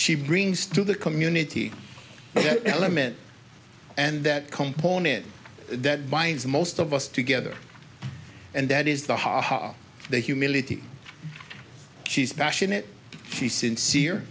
she brings to the community element and that component that binds most of us together and that is the haha the humility she's passionate she's sincere